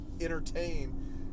entertain